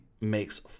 makes